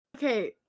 Okay